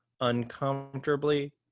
Uncomfortably